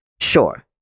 Sure